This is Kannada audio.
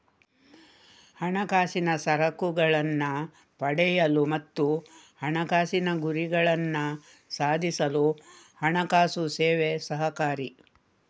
ಹಣಕಾಸಿನ ಸರಕುಗಳನ್ನ ಪಡೆಯಲು ಮತ್ತು ಹಣಕಾಸಿನ ಗುರಿಗಳನ್ನ ಸಾಧಿಸಲು ಹಣಕಾಸು ಸೇವೆ ಸಹಕಾರಿ